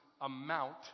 amount